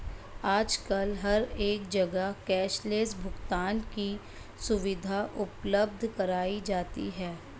आजकल हर एक जगह कैश लैस भुगतान की सुविधा उपलब्ध कराई जाती है